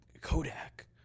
Kodak